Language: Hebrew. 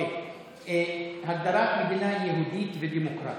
הגדרת מדינה יהודית ודמוקרטית: